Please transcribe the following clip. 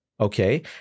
Okay